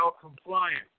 compliance